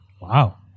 Wow